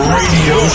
Radio